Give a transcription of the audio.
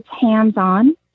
hands-on